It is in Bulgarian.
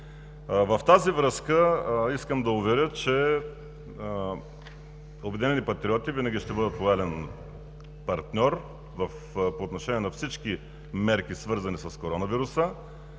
В тази връзка искам да уверя, че „Обединени патриоти“ винаги ще бъдат лоялен партньор по отношение на всички мерки, свързани с коронавирус,